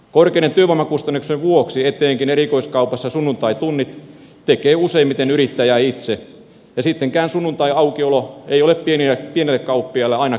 korkeiden työvoimakustannusten vuoksi etenkin erikoiskaupassa sunnuntaitunnit tekee useimmiten yrittäjä itse ja sittenkään sunnuntaiaukiolo ei ole pienelle kauppiaalle aina kannattavaa bisnestä